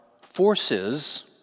forces